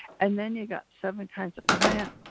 and then you got seven kinds of plant